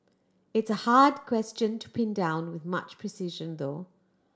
it's a hard question to pin down with much precision though